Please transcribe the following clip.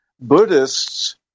Buddhists